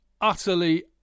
utterly